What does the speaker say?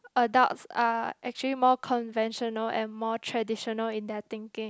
adults are actually more conventional and more traditional in our thinking